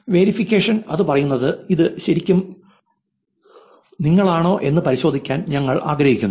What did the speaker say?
verification അത് പറയുന്നത് ഇത് ശരിക്കും നിങ്ങളാണോ എന്ന് പരിശോധിക്കാൻ ഞങ്ങൾ ആഗ്രഹിക്കുന്നു